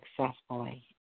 successfully